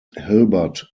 hilbert